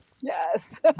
yes